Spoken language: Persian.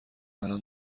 الان